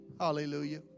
Hallelujah